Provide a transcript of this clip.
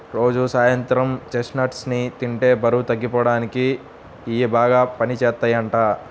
రోజూ సాయంత్రం చెస్ట్నట్స్ ని తింటే బరువు తగ్గిపోడానికి ఇయ్యి బాగా పనిజేత్తయ్యంట